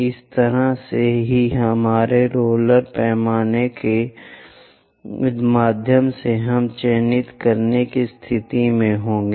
इस तरह से कि हमारे रोलर पैमाने के माध्यम से हम चिह्नित करने की स्थिति में होंगे